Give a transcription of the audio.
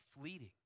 fleeting